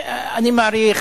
אני מעריך,